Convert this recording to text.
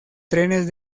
trenes